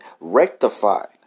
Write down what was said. rectified